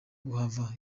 kuhava